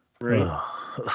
Right